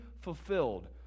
fulfilled